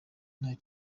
ntayo